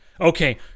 okay